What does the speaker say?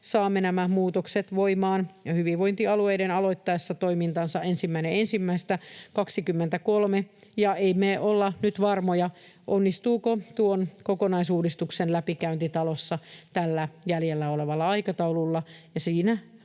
saamme muutokset voimaan hyvinvointialueiden aloittaessa toimintansa 1.1.2023. Emme ole nyt varmoja, onnistuuko tuon kokonaisuudistuksen läpikäynti talossa tällä jäljellä olevalla aikataululla